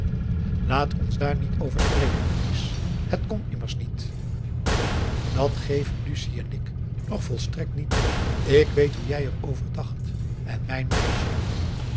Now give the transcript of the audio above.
laat ons daar niet over spreken amice het kon immers niet dat geven lucie en ik nog volstrekt niet toe ik weet hoe jij er over dacht en mijn meisje